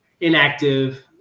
inactive